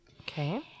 Okay